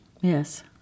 yes